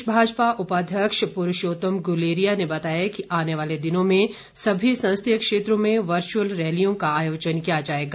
प्रदेश भाजपा उपाध्यक्ष पुरूषोतम गुलेरिया ने बताया कि आने वाले दिनों में सभी संसदीय क्षेत्रों में वर्चुअल रैलियों का आयोजन किया जाएगा